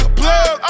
plug